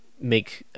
make